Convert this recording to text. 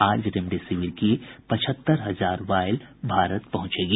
आज रेमडेसिविर की पचहत्तर हजार वायल भारत पहुंचेगी